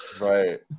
Right